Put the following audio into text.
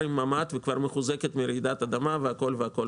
עם ממ"ד וכבר מחוזקת לרעידת אדמה והכול.